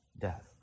death